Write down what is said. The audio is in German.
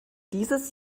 dieses